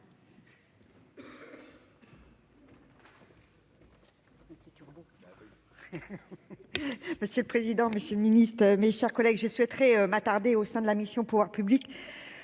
Monsieur le président, Monsieur le Ministre, mes chers collègues, je souhaiterais m'attarder au sein de la mission, pouvoirs publics